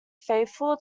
faithful